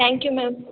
thank you ma'am